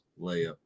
layup